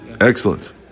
excellent